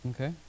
Okay